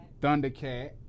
Thundercat